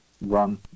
run